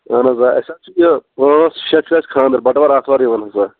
اَہَن حظ آ اَسہِ حظ چھُ یہِ پانٛژھ شےٚ چھِ اسہِ خانٛدار بَٹوار آتھوار یِوان حظ آ